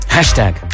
Hashtag